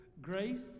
Grace